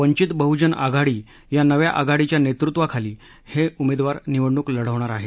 वंचित बहुजन आघाडी या नव्या आघाडीच्या नेतृत्वाखाली हे उमेदवार निवडणूक लढवणार आहेत